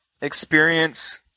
experience